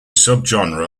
subgenre